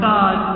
God